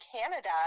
Canada